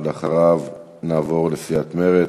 אחריו, נעבור לסיעת מרצ.